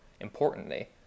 importantly